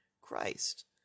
Christ